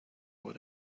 what